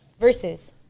Versus